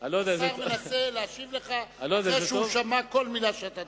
השר מנסה להשיב לך אחרי שהוא שמע כל מלה שאתה אמרת.